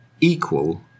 equal